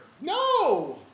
No